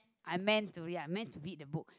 I meant to read I meant to read the book